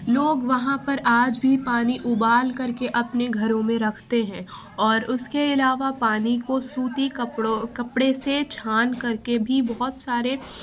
لوگ وہاں پر آج بھی پانی ابال کر کے اپنے گھروں میں رکھتے ہیں اور اس کے علاوہ پانی کو سوتی کپڑوں کپڑے سے چھان کر کے بھی بہت سارے